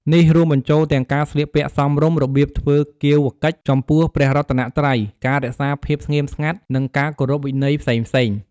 ការណែនាំនេះធ្វើឡើងក្នុងគោលបំណងរក្សាសណ្ដាប់ធ្នាប់ និងភាពថ្លៃថ្នូរនៃទីអារាម។